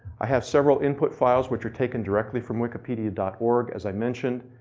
i had several input files which were taken directly from wikipedia org. as i mentioned,